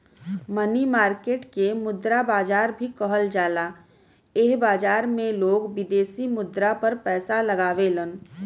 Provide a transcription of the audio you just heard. मनी market के मुद्रा बाजार भी कहल जाला एह बाजार में लोग विदेशी मुद्रा पर पैसा लगावेलन